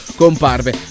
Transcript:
comparve